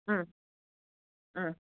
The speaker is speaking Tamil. ம் ம்